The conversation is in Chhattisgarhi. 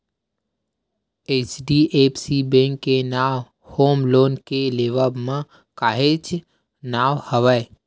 एच.डी.एफ.सी बेंक के नांव होम लोन के लेवब म काहेच नांव हवय